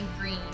green